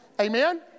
Amen